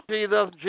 Jesus